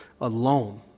alone